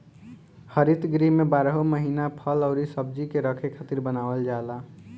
हरित गृह में बारहो महिना फल अउरी सब्जी के रखे खातिर बनावल जाला